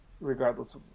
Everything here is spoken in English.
regardless